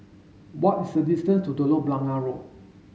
what is the distance to Telok Blangah Road